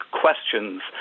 questions